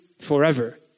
forever